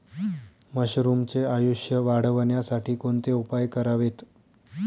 मशरुमचे आयुष्य वाढवण्यासाठी कोणते उपाय करावेत?